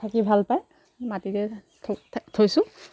থাকি ভাল পায় মাটিতে থাক থৈছোঁ